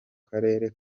karere